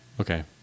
okay